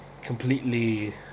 completely